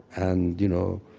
and you know,